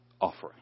offering